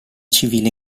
civile